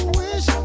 wish